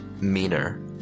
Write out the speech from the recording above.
meaner